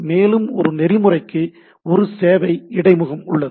மேலும் இந்த நெறிமுறைக்கு ஒரு சேவை இடைமுகம் உள்ளது